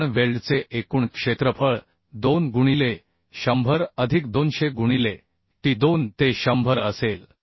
आपण वेल्डचे एकूण क्षेत्रफळ 2 गुणिले 100 अधिक 200 गुणिले t2 ते 100 असेल